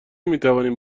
میتوانیم